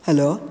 hello